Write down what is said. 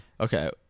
Okay